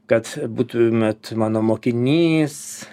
kad būtumėt mano mokinys